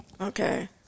Okay